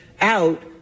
out